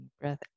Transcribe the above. Breath